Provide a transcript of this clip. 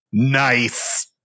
Nice